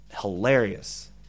hilarious